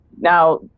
Now